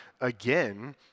again